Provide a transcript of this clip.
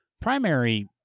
primary